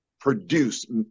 produce